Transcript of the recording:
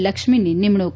લક્ષ્મીની નિમણુંક